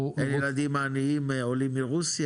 אין ילדים עניים עולים מרוסיה?